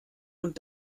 und